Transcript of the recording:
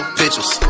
pictures